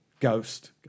Ghost